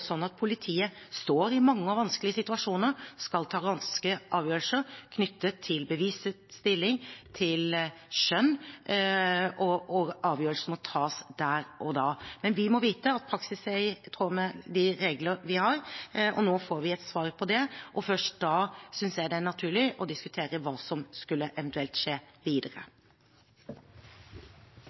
skal ta raske avgjørelser knyttet til bevisets stilling og til skjønn, og avgjørelsen må tas der og da. Men vi må vite at praksis er i tråd med de regler vi har, og nå får vi et svar på det. Først da synes jeg det er naturlig å diskutere hva som eventuelt skulle skje videre.